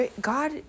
God